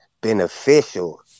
beneficial